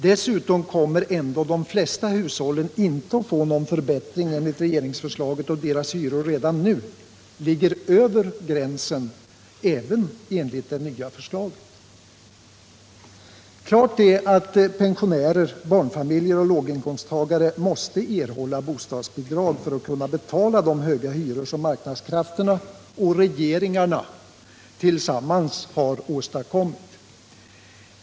Dessutom kommer ändå de flesta hushållen — Nr 25 inte att få någon förbättring enligt regeringsförslaget, då deras hyror redan nu ligger över gränsen, även enligt det nya förslaget. Klart är att pensionärer, barnfamiljer och låginkomsttagare måste er I hålla bostadsbidrag för att kunna betala de höga hyror som marknads — Om bostadspolitikrafterna och regeringarna tillsammans har åstadkommit.